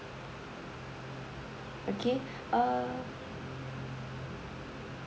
okay uh